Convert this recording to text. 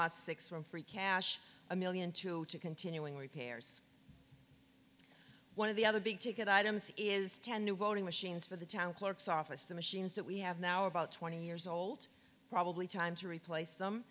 os six from free cash a million to continuing repairs one of the other big ticket items is ten new voting machines for the town clerk's office the machines that we have now about twenty years old probably time to replace them